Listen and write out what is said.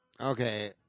Okay